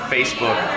Facebook